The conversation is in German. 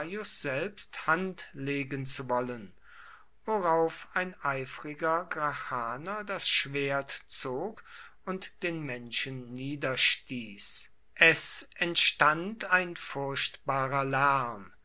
selbst hand legen zu wollen worauf ein eifriger gracchaner das schwert zog und den menschen niederstieß es entstand ein furchtbarer lärm